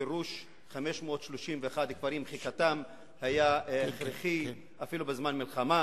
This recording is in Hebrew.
אינני מקבל שגירוש 531 כפרים ומחיקתם היו הכרחיים אפילו בזמן מלחמה,